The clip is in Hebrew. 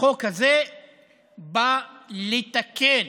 החוק הזה בא לתקן